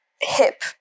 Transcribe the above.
hip-